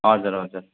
हजुर हजुर